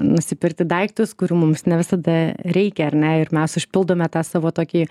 nusipirkti daiktus kurių mums ne visada reikia ar ne ir mes užpildome tą savo tokį